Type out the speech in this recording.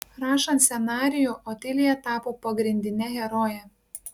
rašant scenarijų otilija tapo pagrindine heroje